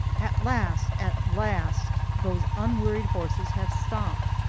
at last, at last! those unwearied horses have stopped.